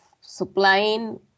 supplying